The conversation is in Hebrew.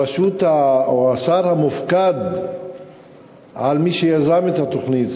השר המופקד על מי שיזם את התוכנית,